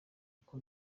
uko